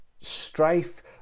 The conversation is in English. strife